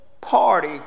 party